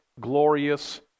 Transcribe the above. glorious